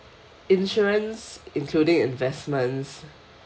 insurance including investments